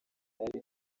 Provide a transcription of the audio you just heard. hari